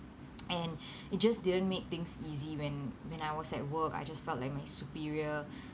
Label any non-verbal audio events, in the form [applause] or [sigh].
[noise] and [breath] it just didn't make things easy when when I was at work I just felt like my superior